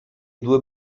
due